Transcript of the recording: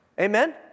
Amen